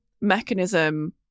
mechanism